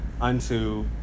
unto